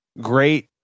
great